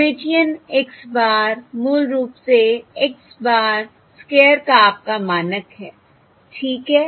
Hermitian x bar मूल रूप से x bar स्क्वायर का आपका मानक है ठीक है